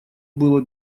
было